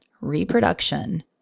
reproduction